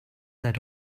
that